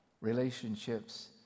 Relationships